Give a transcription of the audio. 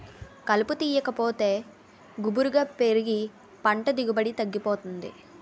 కలుపు తీయాకపోతే గుబురుగా పెరిగి పంట దిగుబడి తగ్గిపోతుంది